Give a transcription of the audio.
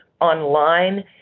online